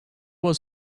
was